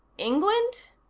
england?